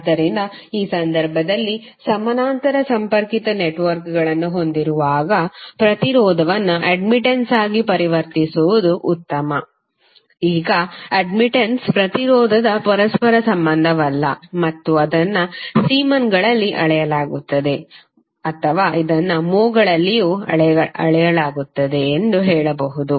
ಆದ್ದರಿಂದ ಈ ಸಂದರ್ಭದಲ್ಲಿ ಸಮಾನಾಂತರ ಸಂಪರ್ಕಿತ ನೆಟ್ವರ್ಕ್ಗಳನ್ನು ಹೊಂದಿರುವಾಗ ಪ್ರತಿರೋಧವನ್ನು ಅಡ್ಮಿಟನ್ಸ್ಆಗಿ ಪರಿವರ್ತಿಸುವುದು ಉತ್ತಮ ಈಗ ಅಡ್ಮಿಟನ್ಸ್ ಪ್ರತಿರೋಧದ ಪರಸ್ಪರ ಸಂಬಂಧವಲ್ಲ ಮತ್ತು ಅದನ್ನು ಸೀಮೆನ್ಗಳಲ್ಲಿ ಅಳೆಯಲಾಗುತ್ತದೆ ಅಥವಾ ಇದನ್ನು ಮ್ಹೋ ಗಳಲ್ಲಿಯೂ ಅಳೆಯಲಾಗುತ್ತದೆ ಎಂದು ಹೇಳಬಹುದು